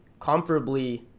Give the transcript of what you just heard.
comparably